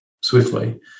swiftly